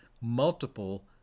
multiple